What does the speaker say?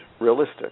realistic